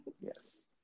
Yes